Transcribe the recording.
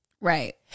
right